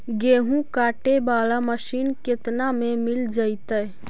गेहूं काटे बाला मशीन केतना में मिल जइतै?